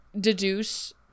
deduce